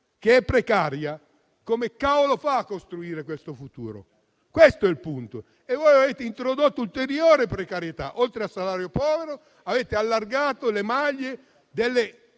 che è precaria, come fa a costruire questo futuro? Questo è il punto e voi avete introdotto ulteriore precarietà; oltre al salario povero, avete allargato le maglie dei